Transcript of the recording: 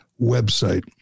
website